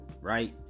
right